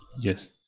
yes